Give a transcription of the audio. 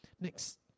Next